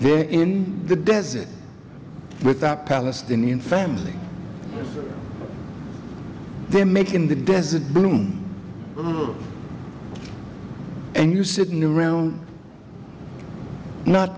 there in the desert without palestinian family they make in the desert bloom and you sitting around not